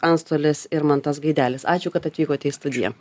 antstolis irmantas gaidelis ačiū kad atvykote į studiją